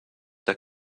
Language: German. der